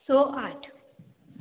स आठ